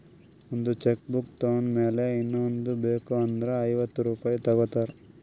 ಒಂದ್ cheque book ತೊಂಡ್ ಮ್ಯಾಲ ಇನ್ನಾ ಒಂದ್ ಬೇಕ್ ಅಂದುರ್ ಐವತ್ತ ರುಪಾಯಿ ತಗೋತಾರ್